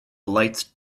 lights